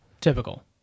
typical